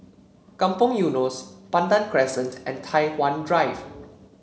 Kampong Eunos Pandan Crescent and Tai Hwan Drive